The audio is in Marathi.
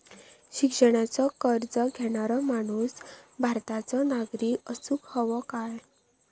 शिक्षणाचो कर्ज घेणारो माणूस भारताचो नागरिक असूक हवो काय?